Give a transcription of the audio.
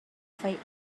fight